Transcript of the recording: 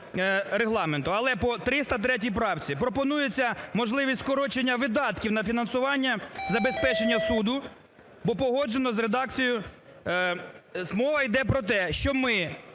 Регламенту. Але по 303 правці. Пропонується можливість скорочення видатків на фінансування забезпечення суду, бо погоджено з редакцією… Мова йде про те, що ми